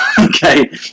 Okay